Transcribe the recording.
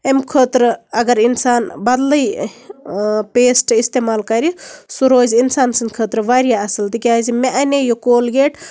اَمہِ خٲطرٕ اَگر اِنسان بدلٕے پسٹہٕ اِستعمال کرِ سُہ روزِ اِنسان سٕنٛدِ خٲطرٕ واریاہ اَصٕل تِکیٛازِ مےٚ اَنے یہِ کولگیٹ